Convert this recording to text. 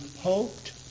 hoped